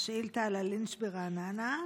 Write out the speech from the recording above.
השאילתה היא על הלינץ' ברעננה.